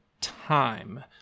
time